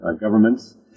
Governments